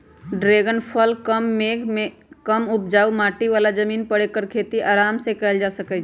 dragon फल कम मेघ कम उपजाऊ माटी बला जमीन पर ऐकर खेती अराम सेकएल जा सकै छइ